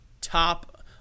top